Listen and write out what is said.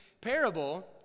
parable